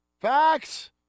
Facts